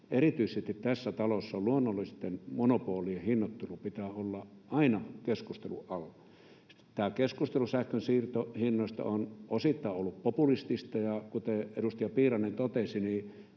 erityisesti tässä talossa luonnollisten monopolien hinnoittelun pitää olla aina keskustelun alla. Tämä keskustelu sähkönsiirtohinnoista on osittain ollut populistista, ja kuten edustaja Piirainen totesi,